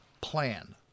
plan